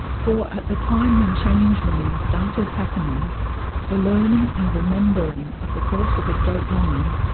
for at the time when change ringing started happening the learning and remembering of the course of a straight line,